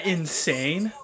insane